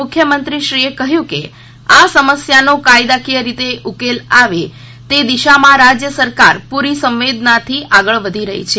મુખ્યમંત્રીશ્રી કહ્યું કે આ સમસ્યાનો કાયદાકીય રીતે ઉકેલ આવે તે દિશામાં રાજ્ય સરકાર પૂરી સંવેદનાથી આગળ વધી રહી છે